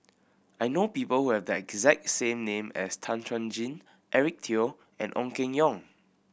I know people who have the exact same name as Tan Chuan Jin Eric Teo and Ong Keng Yong